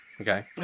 okay